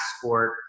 sport